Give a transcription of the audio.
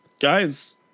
Guys